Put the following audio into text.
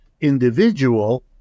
individual